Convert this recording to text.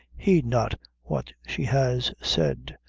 heed not what she has said.